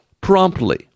promptly